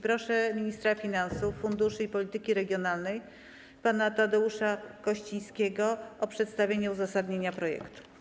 Proszę ministra finansów, funduszy i polityki regionalnej pana Tadeusza Kościńskiego o przedstawienie uzasadnienia projektu.